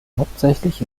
hauptsächlich